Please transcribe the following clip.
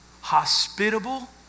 hospitable